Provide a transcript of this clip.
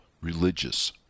religious